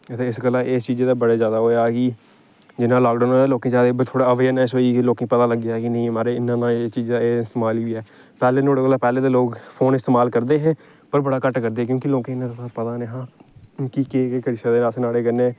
इस गल्ला इस चीजा दा बड़ा ज्यादा ओह् होएआ कि जिन्ना लाकडाउन होएआ लोकें गी अवेयरनस होई गेई लोकें गी पता लग्गी गेआ कि नेईं महाराज इ'यां इ'यां एह् चीज दा एह् एह् इस्तमाल बी ऐ पैहलें नुआढ़े कोला पैहलें ते लोक फोन इस्तमाल करदे हे पर बड़ा घट्ट करदे हे क्योंकि लोकें गी पता नेईं हा कि केह् केह् करी सकदे अस नुआढ़े कन्नै